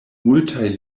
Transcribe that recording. multaj